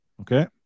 Okay